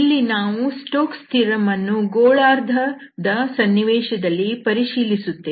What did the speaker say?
ಇಲ್ಲಿ ನಾವು Stokes theorem Stoke's Theorem ಅನ್ನು ಗೋಳಾರ್ಧ ದ ಸನ್ನಿವೇಶದಲ್ಲಿ ಪರಿಶೀಲಿಸುತ್ತೇವೆ